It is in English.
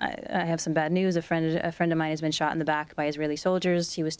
i have some bad news a friend a friend of mine has been shot in the back by israeli soldiers he was